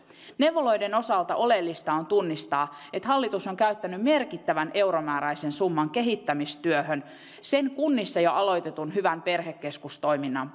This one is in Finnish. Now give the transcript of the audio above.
neuvoloiden osalta oleellista on tunnistaa että hallitus on käyttänyt merkittävän euromääräisen summan kehittämistyöhön sen kunnissa jo aloitetun hyvän perhekeskustoiminnan